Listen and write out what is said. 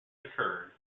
occurred